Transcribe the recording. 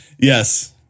Yes